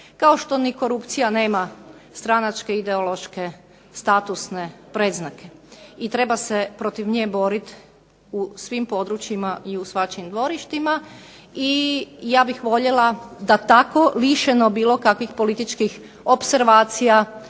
kao što ni korupcija nema stranačke ideološke statusne predznake. I treba se protiv nje boriti na svim područjima i u svačijim dvorištima. I ja bih voljela da tako lišeno bilo kakvih političkih opservacija